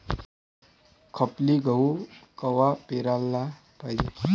खपली गहू कवा पेराले पायजे?